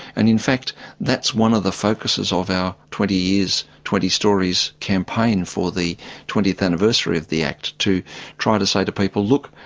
and in fact that's one of the focuses of our twenty years twenty stories campaign for the twentieth anniversary of the act, to try to say to people, look,